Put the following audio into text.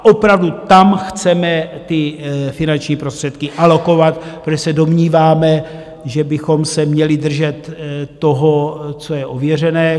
Opravdu tam chceme ty finanční prostředky alokovat, protože se domníváme, že bychom se měli držet toho, co je ověřené.